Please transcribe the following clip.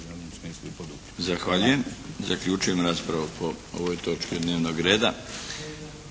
Zahvaljujem. Zaključujem raspravu po ovoj točki dnevnog reda.